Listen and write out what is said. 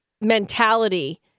mentality